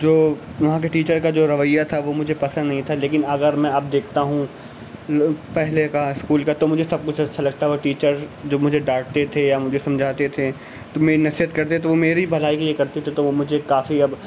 جو وہاں کے ٹیچر کا جو رویہ تھا وہ مجھے پسند نہیں تھا لیکن اگر میں اب دیکھتا ہوں پہلے کا اسکول کا تو مجھے سب کچھ اچھا لگتا ہے وہ ٹیچر جو مجھے دانٹتے تھے یا مجھے سمجھاتے تھے تو میری نصیحت کرتے تھے تو میری بھلائی کے لیے کرتے تھے تو وہ مجھے کافی اب